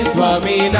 Swami